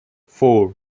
four